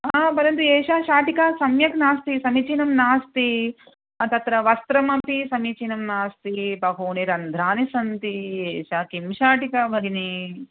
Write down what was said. परन्तु एषा शाटिका सम्यक् नास्ति समीचीनं नास्ति तत्र वस्त्रमपि समीचीनं नास्ति बहूनि रन्ध्रानि सन्ति एषा किं शाटिका भगिनी